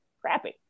crappy